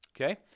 Okay